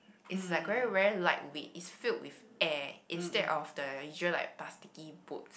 it's like very very lightweight it's filled with air instead of the usual like plasticky boats